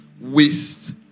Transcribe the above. waste